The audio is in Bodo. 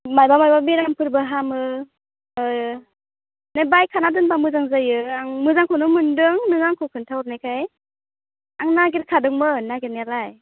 माबा माबा बेरामफोरबो हामो बे बायखाना दोनबा मोजां जायो आं मोजांखौनो मोनदों नों आंखौ खिनथा हरनायखाय आं नागिरखादोंमोन नागिरनायालाय